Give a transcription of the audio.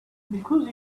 because